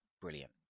Brilliant